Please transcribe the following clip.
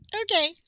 Okay